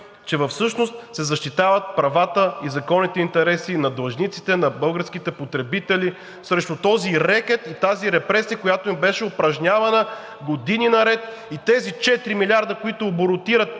че всъщност се защитават правата и законните интереси на длъжниците, на българските потребители срещу този рекет и тази репресия, която им беше упражнявана години наред. И тези 4 милиарда, които оборотират